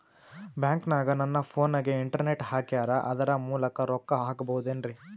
ಬ್ಯಾಂಕನಗ ನನ್ನ ಫೋನಗೆ ಇಂಟರ್ನೆಟ್ ಹಾಕ್ಯಾರ ಅದರ ಮೂಲಕ ರೊಕ್ಕ ಹಾಕಬಹುದೇನ್ರಿ?